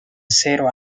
zero